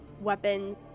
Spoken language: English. weapons